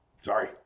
Sorry